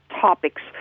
topics